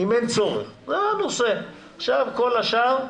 עכשיו כל השאר,